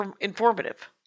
informative